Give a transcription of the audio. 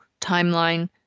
timeline